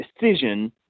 decision